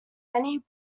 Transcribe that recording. many